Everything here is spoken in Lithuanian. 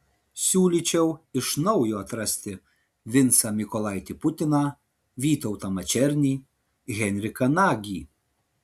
siūlyčiau iš naujo atrasti vincą mykolaitį putiną vytautą mačernį henriką nagį